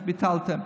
אז ביטלתם.